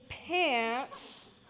pants